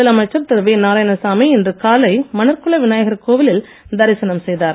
முதலமைச்சர் திரு வி நாராயணசாமி இன்று காலை மணற்குள விநாயகர் கோவிலில் தரிசனம் செய்தார்